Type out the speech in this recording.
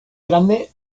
grande